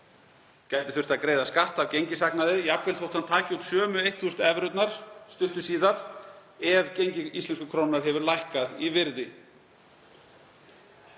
því þurft að greiða skatt af gengishagnaði, jafnvel þótt hann taki út sömu 1.000 evrur stuttu síðar, ef gengi íslensku krónunnar hefur lækkað í virði.